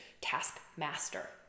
taskmaster